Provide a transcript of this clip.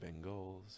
Bengals